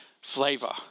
flavor